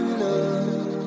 love